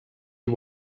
you